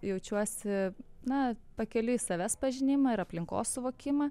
jaučiuosi na pakeliui į savęs pažinimą ir aplinkos suvokimą